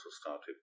started